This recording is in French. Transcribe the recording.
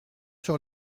sur